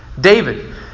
David